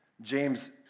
James